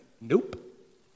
nope